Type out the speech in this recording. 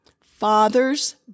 Fathers